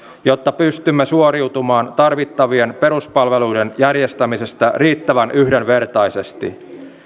jotta pystymme suoriutumaan tarvittavien peruspalveluiden järjestämisestä riittävän yhdenvertaisesti